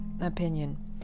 opinion